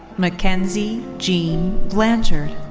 mackenzie jean blanchard.